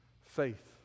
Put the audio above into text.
faith